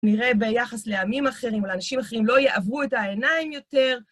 נראה ביחס לעמים אחרים או לאנשים אחרים, לא יעברו את העיניים יותר.